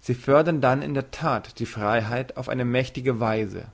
sie fördern dann in der that die freiheit auf eine mächtige weise